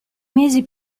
mesi